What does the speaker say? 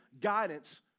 guidance